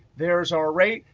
there is our rate,